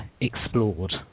explored